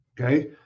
Okay